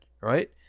right